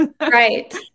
right